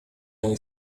они